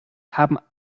haben